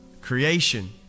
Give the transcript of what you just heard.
creation